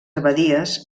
abadies